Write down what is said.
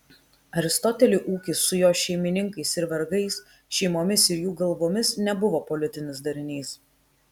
aristoteliui ūkis su jo šeimininkais ir vergais šeimomis ir jų galvomis nebuvo politinis darinys